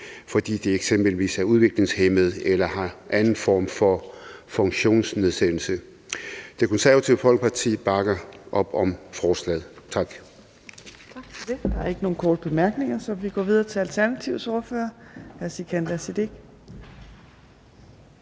fordi de eksempelvis er udviklingshæmmede eller har en anden form for funktionsnedsættelse. Det Konservative Folkeparti bakker op om forslaget. Tak.